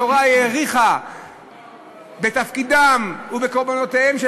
התורה האריכה בתפקידם ובקורבנותיהם של